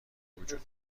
وجود